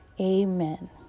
amen